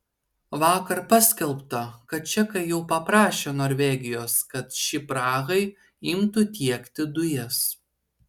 vakar paskelbta kad čekai jau paprašė norvegijos kad ši prahai imtų tiekti dujas